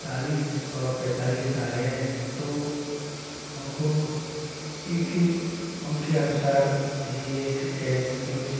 चालीस ओर पैंतालीस साल है तो उनको एक उनके अनुसार ही एक कैब की